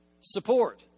support